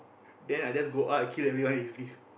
then I just go out I kill everyone easily